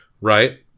right